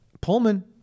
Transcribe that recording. Pullman